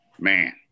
man